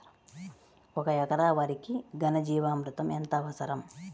ఒక ఎకరా వరికి ఘన జీవామృతం ఎంత అవసరం?